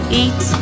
eat